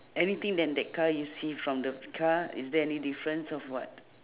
anything than that car you see from the car is there any difference of what